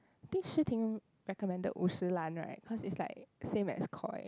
think Shi Ting recommended Wu Shi Lan right cause is like same as Koi